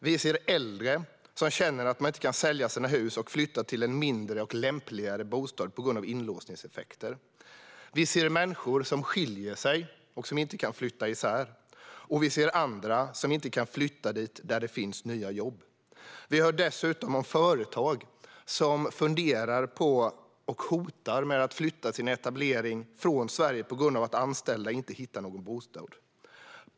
Vi ser äldre som känner att de inte kan sälja sina hus och flytta till en mindre och lämpligare bostad på grund av inlåsningseffekter. Vi ser människor som skiljer sig och inte kan flytta isär, och vi ser andra som inte kan flytta dit där det finns nya jobb. Vi hör dessutom om företag som funderar på och hotar med att flytta sin etablering från Sverige på grund av att deras anställda inte hittar någon bostad.